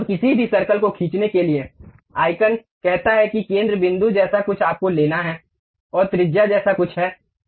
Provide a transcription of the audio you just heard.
अब किसी भी सर्कल को खींचने के लिए आइकन कहता है कि केंद्र बिंदु जैसा कुछ आपको लेना है और त्रिज्या जैसा कुछ है